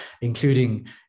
including